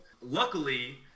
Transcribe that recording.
Luckily